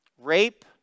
rape